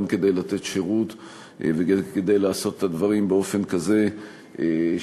גם כדי לתת שירות וכדי לעשות את הדברים באופן כזה שישמור